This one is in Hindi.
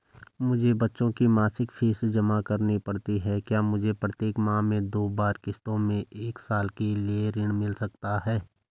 मुझे बच्चों की मासिक फीस जमा करनी पड़ती है क्या मुझे प्रत्येक माह में दो बार किश्तों में एक साल के लिए ऋण मिल सकता है?